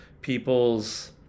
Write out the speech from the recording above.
people's